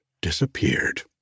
disappeared